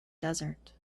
desert